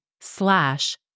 slash